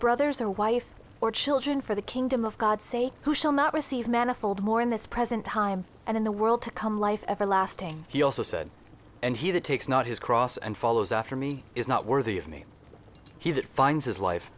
brothers or wife or children for the kingdom of god say who shall not receive manifold more in this present time and in the world to come life everlasting he also said and he that takes not his cross and follows after me is not worthy of me he that finds his life